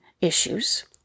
issues